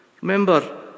Remember